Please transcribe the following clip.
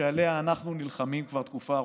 עליה אנחנו נלחמים כבר תקופה ארוכה,